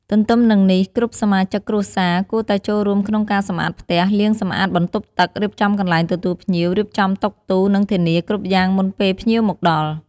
ទន្ទឹមនឹងនេះគ្រប់សមាជិកគ្រួសារគួរតែចូលរួមក្នុងការសម្អាតផ្ទះ លាងសម្អាតបន្ទប់ទឹក រៀបចំកន្លែងទទួលភ្ញៀវ រៀបចំតុ ទូ និងធានាគ្រប់យ៉ាងមុនពេលភ្ញៀវមកដល់។